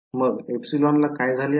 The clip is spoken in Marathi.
मग εला काय झाले आहे